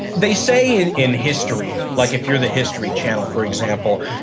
they say in in history, like if you're the history channel, for example,